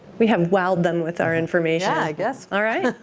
we have wowed them with our information. yeah. i guess. all right.